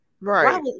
Right